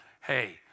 Hey